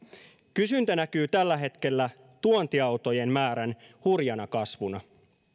kysyntä näkyy tällä hetkellä tuontiautojen määrän hurjana kasvuna